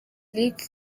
lick